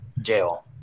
jail